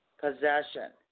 possession